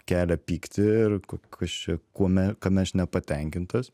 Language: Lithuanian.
kelia pyktį ir ka kas čia kuome kame aš nepatenkintas